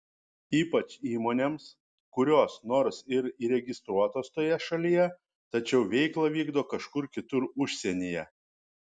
ypač įmonėms kurios nors ir įregistruotos toje šalyje tačiau veiklą vykdo kažkur kitur užsienyje